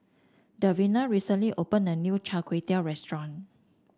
Davina recently opened a new Char Kway Teow restaurant